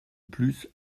plus